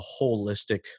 holistic